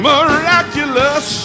Miraculous